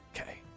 Okay